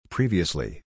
Previously